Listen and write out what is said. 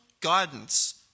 guidance